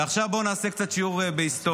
ועכשיו בואו נעשה קצת שיעור בהיסטוריה.